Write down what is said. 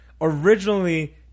originally